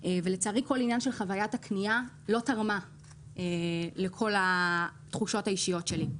ולצערי כל עניין של חוויית הקנייה לא תרם לכל התחושות האישיות שלי.